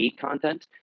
content